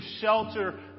shelter